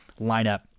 lineup